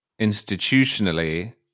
institutionally